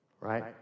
right